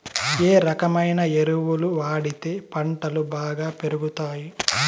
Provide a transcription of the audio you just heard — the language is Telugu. ఏ రకమైన ఎరువులు వాడితే పంటలు బాగా పెరుగుతాయి?